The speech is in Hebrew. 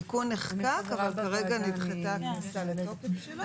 התיקון נחקק אבל כרגע נדחתה הכניסה לתוקף שלו.